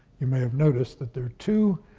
you may have noticed that there are two